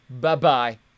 Bye-bye